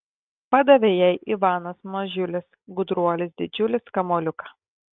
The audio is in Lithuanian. padavė jai ivanas mažiulis gudruolis didžiulis kamuoliuką